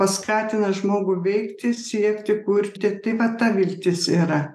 paskatina žmogų veikti siekti kurti tai va ta viltis yra